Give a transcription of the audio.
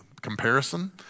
comparison